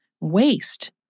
waste